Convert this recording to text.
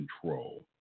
control